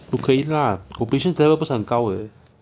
不可以 lah probation 不是很高 uh